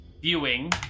viewing